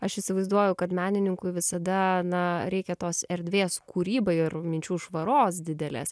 aš įsivaizduoju kad menininkui visada na reikia tos erdvės kūrybai ir minčių švaros didelės